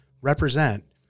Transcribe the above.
represent